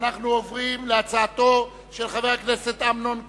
אנחנו עוברים להצעתו של חבר הכנסת אמנון כהן,